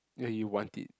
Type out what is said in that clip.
ya you want it